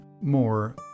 more